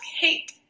hate